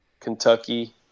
Kentucky